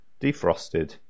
defrosted